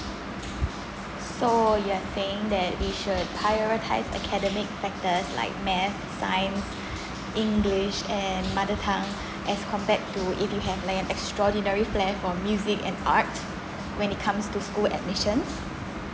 so you are saying that we should prioritise academic factors like math science english and mother tongue as compared to if you have like an extraordinary flair for music and arts when it comes to school admissions